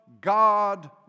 God